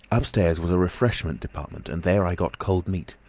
upstairs was a refreshment department, and there i got cold meat.